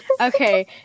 Okay